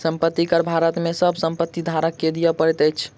संपत्ति कर भारत में सभ संपत्ति धारक के दिअ पड़ैत अछि